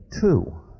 two